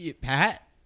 Pat